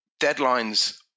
deadlines